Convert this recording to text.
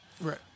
right